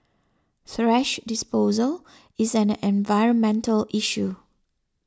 thrash disposal is an environmental issue